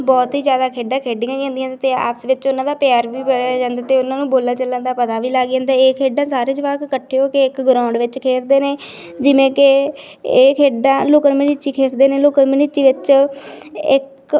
ਬਹੁਤ ਹੀ ਜ਼ਿਆਦਾ ਖੇਡਾ ਖੇਡੀਆਂ ਜਾਂਦੀਆਂ ਅਤੇ ਆਪਸ ਵਿੱਚ ਉਹਨਾਂ ਦਾ ਪਿਆਰ ਵੀ ਬਣਿਆ ਰਹਿੰਦਾ ਅਤੇ ਉਹਨਾਂ ਨੂੰ ਬੋਲਣ ਚਾਲਣ ਦਾ ਪਤਾ ਵੀ ਲੱਗ ਜਾਂਦਾ ਇਹ ਖੇਡਾ ਸਾਰੇ ਜਵਾਕ ਇਕੱਠੇ ਹੋ ਕੇ ਇਕ ਗਰਾਉਂਡ ਵਿਚ ਖੇਡਦੇ ਨੇ ਜਿਵੇਂ ਕਿ ਇਹ ਖੇਡਾਂ ਲੁਕਣ ਮੀਚੀ ਖੇਡਦੇ ਨੇ ਲੁਕਣ ਮੀਚੀ ਵਿਚ ਇੱਕ